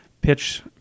pitch